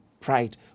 Pride